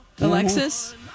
alexis